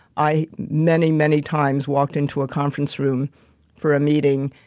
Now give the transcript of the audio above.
i many, many times walked into a conference room for a meeting,